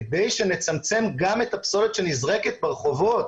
כדי שנצמצם גם את הפסולת שנזרקת ברחובות